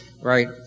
right